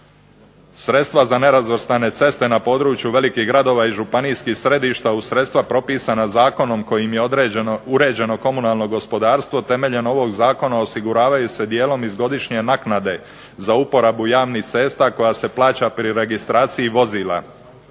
Sredstva za nerazvrstane ceste na području velikih gradova i županijskih središta uz sredstva propisana zakonom kojim je uređeno komunalno gospodarstvo temeljem ovog zakona osiguravaju se dijelom iz godišnje naknade za uporabe javnih cesta koja se plaća pri registraciji vozila